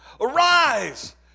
Arise